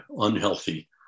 unhealthy